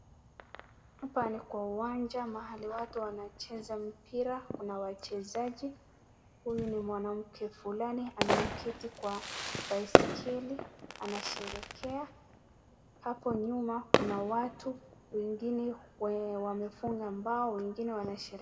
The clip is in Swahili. Hapa ni kwa uwanja mahali watu wanacheza mpira kuna wachezaji, huyu ni mwamke fulani ameketi kwa baiskeli anasherehekea, hapo nyuma kuna watu wengine wenye wamefunga mbao, wengine wanasherehekea.